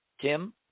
Tim